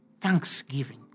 thanksgiving